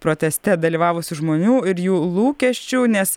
proteste dalyvavusių žmonių ir jų lūkesčių nes